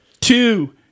Two